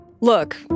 Look